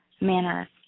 manner